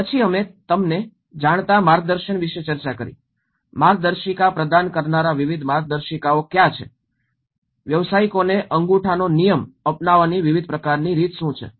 પછી અમે તમને જાણતા માર્ગદર્શન વિશે ચર્ચા કરી માર્ગદર્શિકા પ્રદાન કરનારા વિવિધ માર્ગદર્શિકાઓ કયા છે વ્યવસાયિકોને અંગૂઠોના નિયમો આપવાની વિવિધ પ્રકારની રીત શું છે